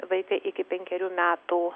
vaikai iki penkerių metų